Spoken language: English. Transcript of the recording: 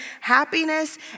happiness